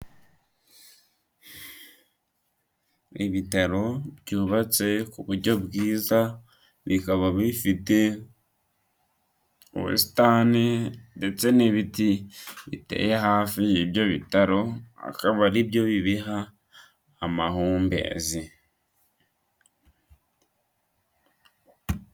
Ibitaro byubatse ku buryo bwiza, bikaba bifite ubusitani ndetse n'ibiti biteye hafi y'ibyo bitaro akaba ari byo bibiha amahumbezi.